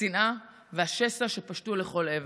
השנאה והשסע שפשטו לכל עבר.